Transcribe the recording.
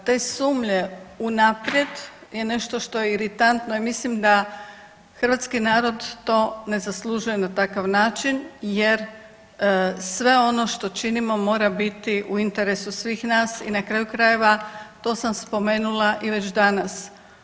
Dakle, te sumlje unaprijed je nešto što je iritantno i mislim da hrvatski narod to ne zaslužuje na takav način jer sve ono što činimo mora biti u interesu svih nas i na kraju krajeva, to sam spomenula i već danas.